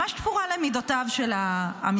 ממש תפורה למידותיו של המשרד,